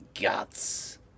guts